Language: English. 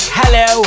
hello